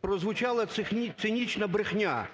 прозвучала цинічна брехня.